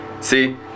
See